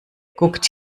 guckt